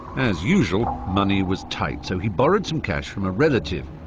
as usual money was tight, so he borrowed some cash from a relative.